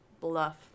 bluff